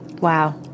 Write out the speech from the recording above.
Wow